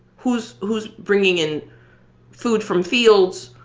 who's who's bringing in food from fields?